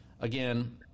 again